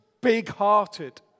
big-hearted